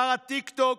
שר הטיקטוק